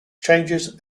changes